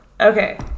Okay